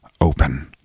open